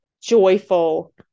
joyful